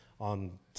on